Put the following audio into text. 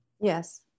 Yes